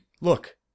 look